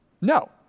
No